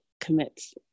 commits